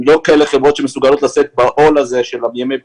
לא כאלה שמסוגלות לשאת בעול הזה של ימי הבידוד.